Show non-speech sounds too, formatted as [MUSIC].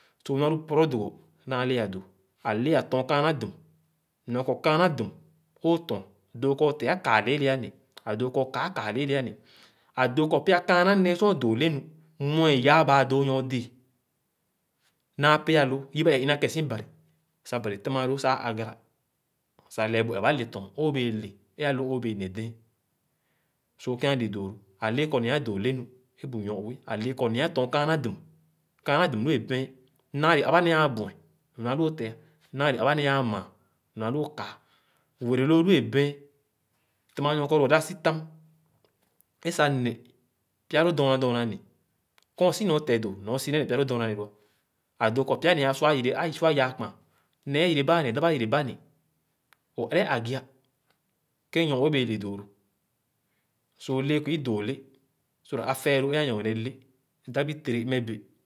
So nu alu pɔrɔ dogo naa lẽẽ adõõ. Ãlẽẽ ã tɔɔn kããnà dum nɔr kɔ kããna dum é õ tɔɔn dò kɔ õ tẽ ã kan lẽẽle ã ne, ã dõõ kɔ õ kà à kaa lẽɛ̃le ã ne, ã dõõ kɔ pya kããna sor õ dõõ lenu, mue yaa baa dõõ nyor dẽẽ naa pẽ àlõõ, yibe ẽẽ ina ke si. Bari sah bari tèma lõõ sah ã àgara sah kee bu ereba lè tɔn é o bee léé aló õõ bee ne den. So kè ã le dõõ lo. Ã lẽɛ̃ kɔ nẽẽ adõõ lenu é bu nyor-ue. Ãlẽẽ kɔ nẽẽ ã tɔɔn kããnà dum Kããnà dum lu é bẽẽn. Nããle ãbã nẽẽ ãã bu-en nɔr àlh õ te, nããle ãbã nẽẽ ãã maa nɔr alu õ kà. Wereloo lu é bẽẽn tẽma nɔr kɔ õ õdao sitam sah ne pya lõõ dɔɔna dɔɔna ne, kẽe si ne õ tẽ dõ nẽ õ si nee nè oya loo dɔɔna ne dõ. Ãdõõ kɔ pya nẽẽ ã sua yere, ã sua yaa kpããn. Nẽẽ é yèreba ã ne dap ã yereba nè, õ ẽrè ãgea-ã. Kẽ nyor-ue bẽẽ le dõõlo. So lẽẽ kɔ i dõõ le so [CODESWITCH] ateeloo ã nyorne lẽ dãp i tere mme bẽh.